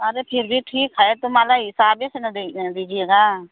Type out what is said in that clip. अरे फिर भी ठीक है तो मान ला हिसाबी से न दी दीजिएगा